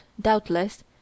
doubtless